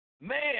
man